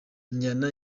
njyana